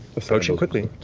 approaching quickly